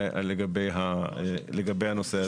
לגבי הנושא הזה.